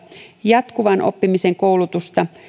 jatkuvan oppimisen koulutusta